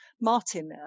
Martin